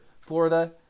florida